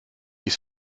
ist